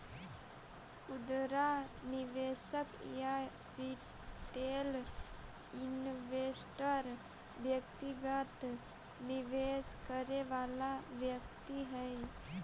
खुदरा निवेशक या रिटेल इन्वेस्टर व्यक्तिगत निवेश करे वाला व्यक्ति हइ